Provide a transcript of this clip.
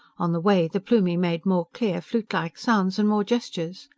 on the way the plumie made more clear, flutelike sounds, and more gestures.